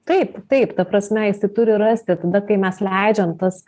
taip taip ta prasme jisai turi rasti tada kai mes leidžiam tas